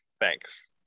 Thanks